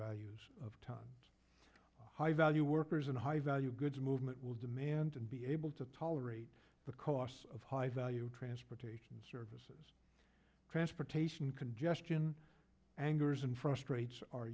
values of time high value workers and high value goods movement will demand and be able to tolerate the costs of high value transportation services transportation congestion angers and frustrates